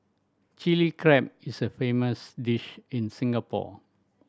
Chilli Crab is a famous dish in Singapore